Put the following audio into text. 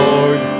Lord